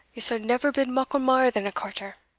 ye suld never bid muckle mair than a quarter.